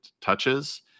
touches